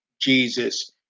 Jesus